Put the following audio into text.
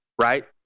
right